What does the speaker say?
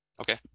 Okay